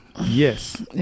yes